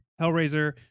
Hellraiser